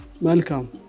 Welcome